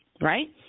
right